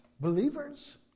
believers